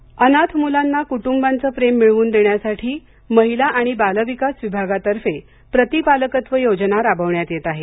पालघर अनाथ मुलांना कुटुंबाचं प्रेम मिळवून देण्यासाठी महिला आणि बालकिवास विभागातर्फे प्रतिपालकत्व योजना राबवण्यात येत आहे